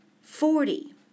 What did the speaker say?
Forty